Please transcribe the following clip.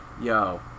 yo